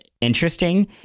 interesting